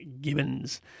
Gibbons